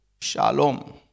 shalom